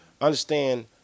Understand